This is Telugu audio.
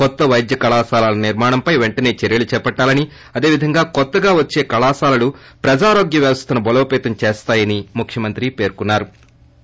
కొత్త వైద్య కళాశాలల నిర్మాణం పై పెంటనే చర్యలు చేపట్టాలని అలాగే కొత్తగా వచ్చే కాలేజీలు ప్రజారోగ్య వ్వవస్థను బలోపేతం చేస్తాయని ముఖ్యమంత్రి పేర్కొన్నారు